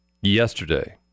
yesterday